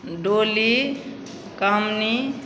डोली कामिनी